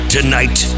Tonight